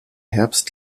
herbst